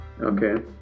Okay